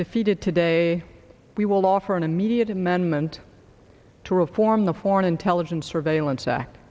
defeated today we will offer an immediate amendment to reform the foreign intelligence surveillance act